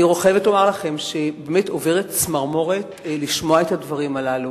אני מוכרחה לומר לכם שעוברת בי צמרמורת לשמוע את הדברים הללו.